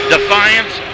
Defiance